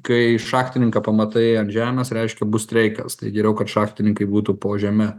kai šachtininką pamatai ant žemės reiškia bus streikas tai geriau kad šachtininkai būtų po žeme